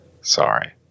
Sorry